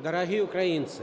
дорогі українці!